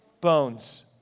bones